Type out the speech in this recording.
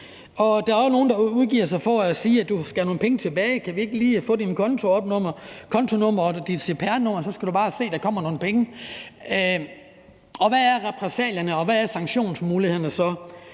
Og der er jo også nogle, der udgiver sig for andre ved at sige: Du skal have nogle penge tilbage, så kan vi ikke lige få dit kontonummer og dit cpr-nummer, og så skal du bare se, at der kommer nogle penge til dig. Hvad er repressalierne, og hvad er sanktionsmulighederne så?